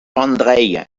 andrzej